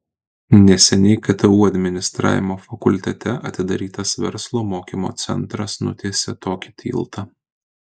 neseniai ktu administravimo fakultete atidarytas verslo mokymo centras nutiesė tokį tiltą